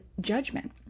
judgment